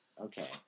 Okay